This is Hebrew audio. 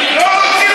לא רוצים